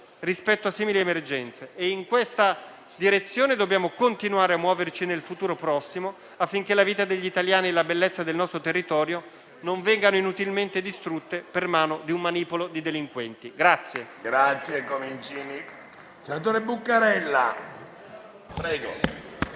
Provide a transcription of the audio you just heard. rispetto a simili emergenze. In questa direzione dobbiamo continuare a muoverci nel futuro prossimo, affinché la vita degli italiani e la bellezza del nostro territorio non vengano inutilmente distrutte per mano di un manipolo di delinquenti. PRESIDENTE. È iscritto a parlare